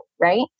Right